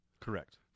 correct